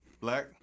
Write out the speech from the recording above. black